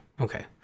Okay